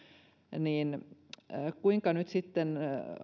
kuinka tätä nyt sitten